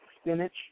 spinach